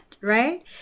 right